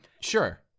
Sure